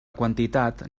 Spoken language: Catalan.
quantitat